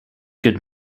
good